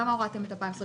למה הורדתם את 2020?